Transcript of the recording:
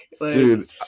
Dude